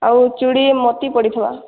ଆଉ ଚୁଡ଼ି ମୋତି ପଡ଼ିଥିବା